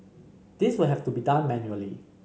this will have to be done manually